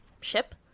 ship